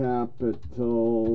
Capital